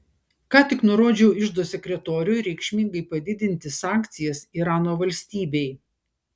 ką tik nurodžiau iždo sekretoriui reikšmingai padidinti sankcijas irano valstybei